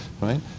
right